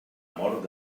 mort